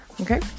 okay